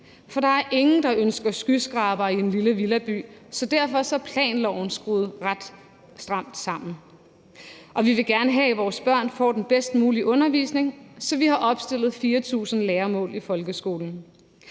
For der er ingen, der ønsker skyskrabere i en lille villaby, og derfor er planloven skruet ret stramt sammen. Vi vil gerne have, at vores børn får den bedst mulige undervisning, så vi har opstillet 4.000 læremål i folkeskolen.